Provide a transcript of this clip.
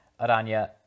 Aranya